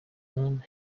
moon